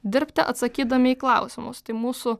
dirbti atsakydami į klausimus tai mūsų